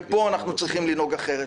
פה אנחנו צריכים לנהוג אחרת.